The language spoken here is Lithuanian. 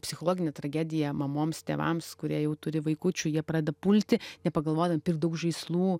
psichologinė tragedija mamoms tėvams kurie jau turi vaikučių jie prada pulti nepagalvodami pirkt daug žaislų